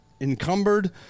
encumbered